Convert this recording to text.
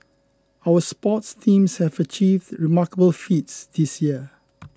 our sports teams have achieved remarkable feats this year